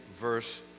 verse